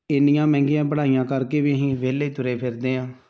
ਇੰਨੀਆਂ ਮਹਿੰਗੀਆਂ ਪੜ੍ਹਾਈਆਂ ਕਰਕੇ ਵੀ ਅਸੀਂ ਵਿਹਲੇ ਤੁਰੇ ਫਿਰਦੇ ਹਾਂ